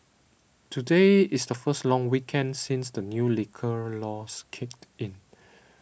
today is the first long weekend since the new liquor laws kicked in